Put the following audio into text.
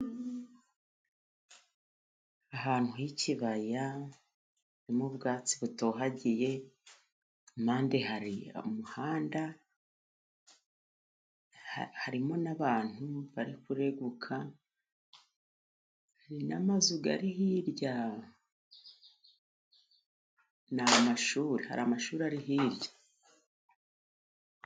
Ahantu h'ikibaya harimo ubwatsi butohagiye, impande hari umuhanda, harimo n'abantu bari kureguka, n'amazu ari hirya ni amashuri, hari amashuri ari hirya.